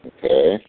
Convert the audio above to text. Okay